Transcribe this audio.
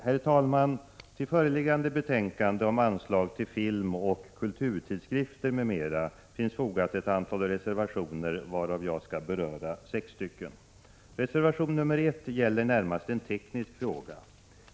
Herr talman! Till föreliggande betänkande om anslag till film och kulturtidskrifter m.m. finns fogat ett antal reservationer, varav jag skall beröra sex stycken. Reservation nr 1 gäller närmast en teknisk fråga.